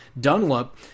Dunlop